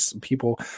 people